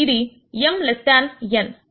ఇది m less than n